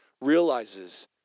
realizes